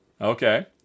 Okay